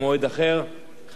חבר הכנסת אגבאריה, בבקשה.